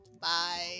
Bye